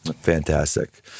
Fantastic